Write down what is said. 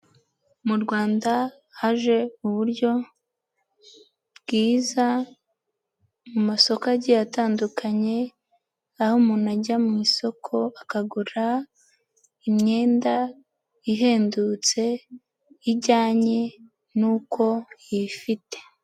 Mu Rwanda haje uburyo bwiza mu masoko agiye atandukanye, aho umuntu ajya mu isoko akagura imyenda ihendutse ijyanye nuko yifite.